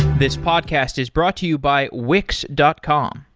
this podcast is brought to you by wix dot com.